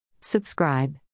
Subscribe